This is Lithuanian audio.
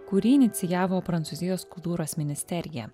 kurį inicijavo prancūzijos kultūros ministerija